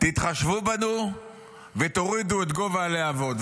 תתחשבו בנו ותורידו את גובה הלהבות.